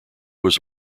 was